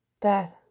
Beth